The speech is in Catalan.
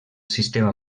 sistema